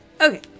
Okay